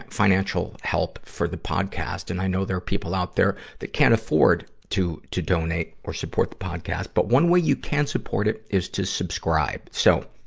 financial help for the podcast, and i know there're people out there that can't afford to, to donate or support the podcast. but one way you can support it is to subscribe. so,